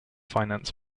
finance